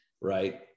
right